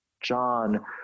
John